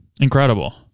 Incredible